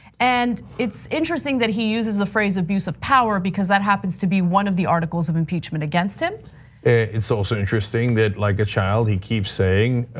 and it's interesting that he uses the phrase abuse of power because that happens to be one of the articles of impeachment against him. and it's also interesting that like a child, he keeps saying,